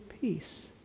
peace